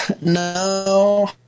no